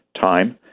time